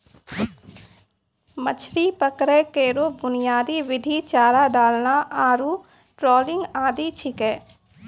मछरी पकड़ै केरो बुनियादी विधि चारा डालना आरु ट्रॉलिंग आदि छिकै